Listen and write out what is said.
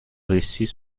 reçut